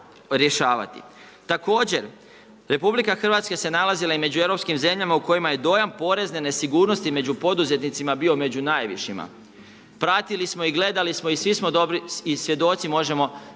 Također RH se nalazila i među europskih zemljama u kojima je dojam porezne nesigurnosti među poduzetnicima bio među najvišima. Pratili smo i gledali smo i svi smo dobri i svjedoci možemo